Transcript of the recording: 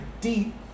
deep